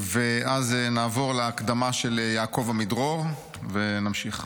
אז נעבור להקדמה של יעקב עמידרור, ונמשיך.